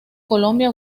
colombia